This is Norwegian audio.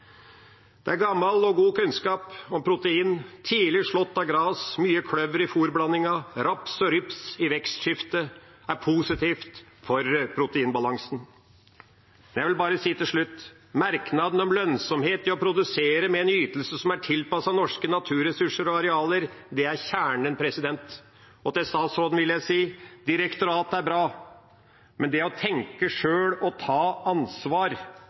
Det er gammel og god kunnskap om protein – tidlig slått av gras og mye kløver i fôrblandingen, og raps og rybs i vekstskifte er positivt for proteinbalansen. Jeg vil bare si til slutt: Merknaden om lønnsomhet ved å produsere med en ytelse som er tilpasset norske naturressurser og arealer, er kjernen. Til statsråden vil jeg si: Direktorat er bra, men det å tenke sjøl og ta ansvar